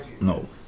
No